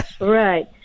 Right